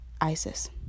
Isis